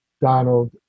Donald